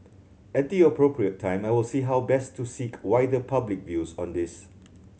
at the appropriate time I will see how best to seek wider public views on this